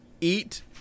eat